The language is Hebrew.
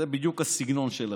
זה בדיוק הסגנון שלכם.